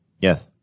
Yes